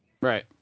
right